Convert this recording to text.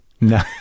no